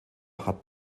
hat